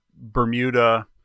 Bermuda